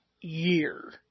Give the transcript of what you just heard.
year